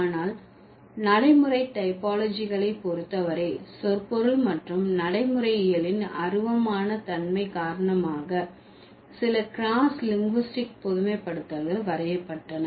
ஆனால் நடைமுறை டைப்போலாஜிகளை பொறுத்த வரை சொற்பொருள் மற்றும் நடைமுறையியலின் அருவமான தன்மை காரணமாக சில கிராஸ்லிங்குஸ்டிக் பொதுமைப்படுத்தல்கள் வரையப்பட்டன